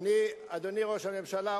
אדוני ראש הממשלה,